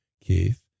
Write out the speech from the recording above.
Keith